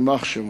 יימח שמו.